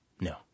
No